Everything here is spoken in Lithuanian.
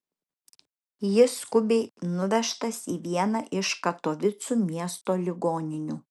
jis skubiai nuvežtas į vieną iš katovicų miesto ligoninių